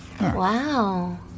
Wow